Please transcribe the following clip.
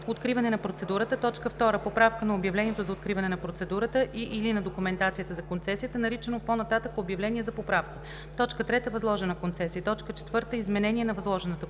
откриване на процедурата; 2. поправка на обявлението за откриване на процедурата и/или на документацията за концесията, наричано по-нататък „обявление за поправка“; 3. възложена концесия; 4. изменение на възложена концесия.